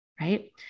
right